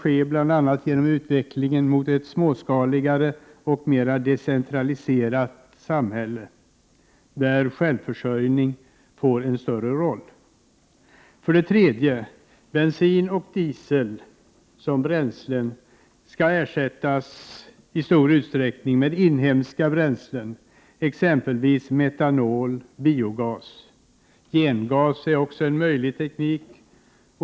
Detta kan ske genom utvecklingen mot ett mera småskaligt, decentraliserat samhälle när självförsörjningen har fått en större roll. 3. Bensin och diesel ersätts med inhemska bränslen, exempelvis metanol och biogas. Användandet av gengas är också en möjlighet.